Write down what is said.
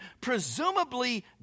presumably